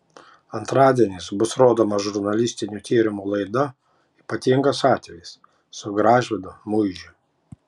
antradieniais bus rodoma žurnalistinių tyrimų laida ypatingas atvejis su gražvydu muižiu